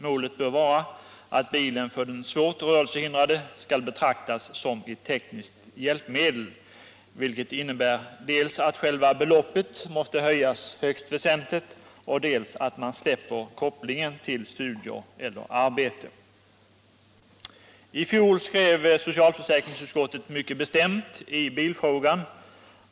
Målet bör vara att bilen för den svårt rörelsehindrade skall betraktas som ett tekniskt hjälpmedel. Det innebär dels att själva beloppet måste höjas väsentligt, dels att man släpper kopplingen till studier eller arbete. I fjol skrev socialförsäkringsutskottet mycket bestämt i bilfrågan.